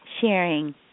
sharing